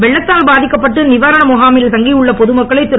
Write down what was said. வெள்ளத்தால் பாதிக்கப்பட்ட நிவாரண முகாம்களில் தங்கியுள்ள பொதுமக்களை திரு